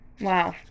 wow